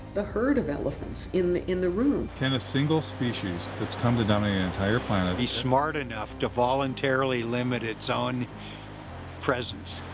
the herd of elephants, in in the room. can a single species that's come to dominate an entire planet be smart enough to voluntarily limit its own presence?